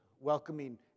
welcoming